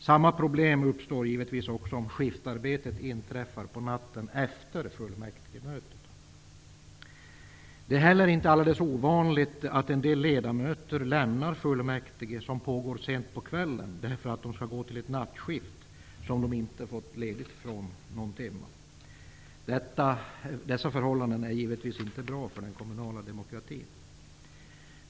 Samma problem uppstår givetvis också om skiftarbetet inträffar på natten efter fullmäktigemötet. Det är heller inte alldeles ovanligt att en del ledamöter lämnar fullmäktige som pågår sent på kvällen för att de skall gå till ett nattskift som de inte fått ledigt från någon timme. Dessa förhållanden är givetvis inte bra för den kommunala demokratin.